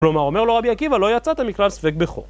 כלומר, אומר לו רבי עקיבא, לא יצאת מכלל ספק בכור.